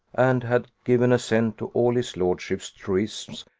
and had given assent to all his lordship's truisms,